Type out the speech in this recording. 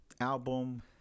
album